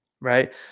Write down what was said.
right